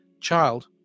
child